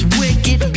wicked